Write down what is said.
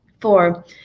Four